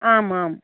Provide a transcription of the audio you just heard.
आम् आम्